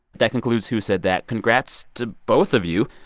that concludes who said that. congrats to both of you.